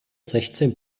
sechzehn